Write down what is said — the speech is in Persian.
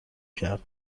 کرد